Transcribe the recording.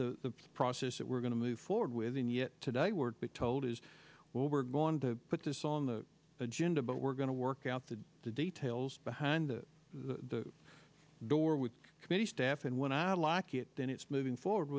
the process that we're going to move forward with and yet today we're told is well we're going to put this on the agenda but we're going to work out the details behind the door with committee staff and when i lock it then it's moving forward